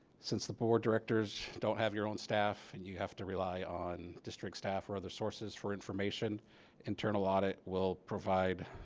since the board directors don't have your own staff and you have to rely on district staff or other sources for information internal audit will provide